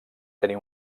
tenir